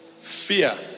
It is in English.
Fear